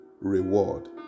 reward